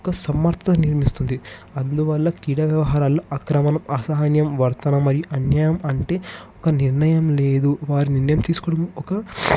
ఒక సమర్థ నిర్మిస్తుంది అందువల్ల క్రీడ వ్యవహారాలు అక్రమణం అసహ్యం వర్తన మరియు అన్యాయం అంటే ఒక నిర్ణయం లేదు వారి నిర్ణయం తీసుకోవడం ఒక